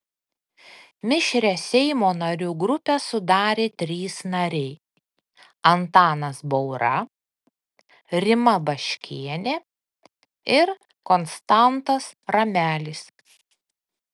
mišrią seimo narių grupę sudarė trys nariai antanas baura rima baškienė ir konstantas ramelis